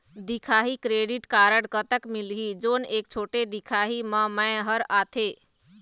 दिखाही credit card कतक मिलही जोन एक छोटे दिखाही म मैं हर आथे?